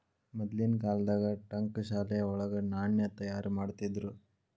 ಮದ್ಲಿನ್ ಕಾಲ್ದಾಗ ಠಂಕಶಾಲೆ ವಳಗ ನಾಣ್ಯ ತಯಾರಿಮಾಡ್ತಿದ್ರು